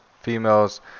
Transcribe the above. females